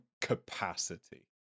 capacity